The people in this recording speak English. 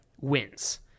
wins